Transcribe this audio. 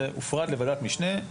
זה הופרד לוועדת משנה.